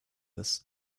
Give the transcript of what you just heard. this